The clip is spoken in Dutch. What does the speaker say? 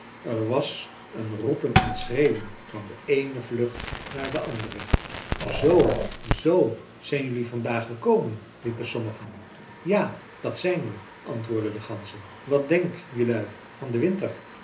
er was een roepen en schreeuwen van de eene vlucht naar de andere zoo zoo zijn jelui vandaag gekomen riepen sommigen ja dat zijn we antwoordden de ganzen wat denk jelui van den winter